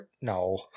No